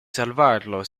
salvarlo